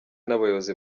n’abayobozi